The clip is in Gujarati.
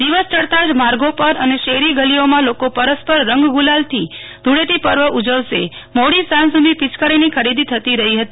દિવસ ચડતા જ માર્ગો પર અને શેરી ગલીઓમાં લોકો પરિવાર રંગ ગુલાલથી ધૂળેટી પર્વ ઉજવશે મોડી સાંજ સુધી પિયકારીની ખરીદી થતી રહી હતી